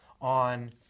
on